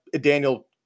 Daniel